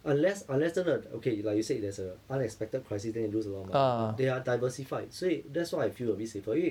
unless unless 真的 okay you like you said there's a unexpected crisis then you lose alot of money but they are diversified 所以 that's why I feel a bit safer 因为